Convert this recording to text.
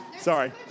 Sorry